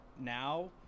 now